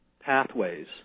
pathways